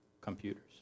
computers